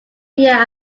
year